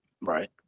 right